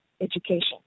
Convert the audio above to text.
education